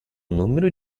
número